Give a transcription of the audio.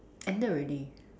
ended already